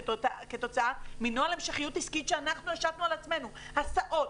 כתוצאה מנוהל המשכיות עסקית שאנחנו השתנו על עצמנו: הסעות,